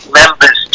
members